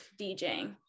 DJing